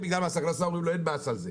בגלל מס הכנסה ואומרים לו אין מס על זה?